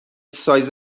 سایز